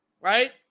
right